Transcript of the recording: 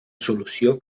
solució